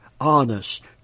honest